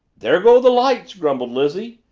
there go the lights! grumbled lizzie,